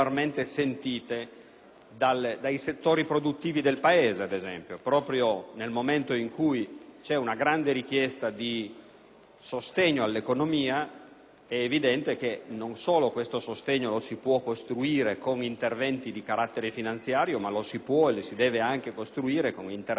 dai settori produttivi del Paese, ad esempio. Proprio nel momento in cui c'è una grande richiesta di sostegno all'economia, è evidente che questo sostegno lo si può costruire non solo con interventi di carattere finanziario, ma lo si può e lo si deve costruire anche con interventi di carattere semplificatorio